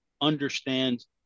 understands